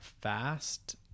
fast